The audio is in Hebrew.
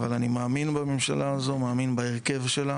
אבל אני מאמין בממשלה הזו, מאמין בהרכב שלה